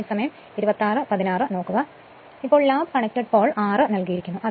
ഇപ്പോൾ lap connected pole 6 നൽകിയിരിക്കുന്നു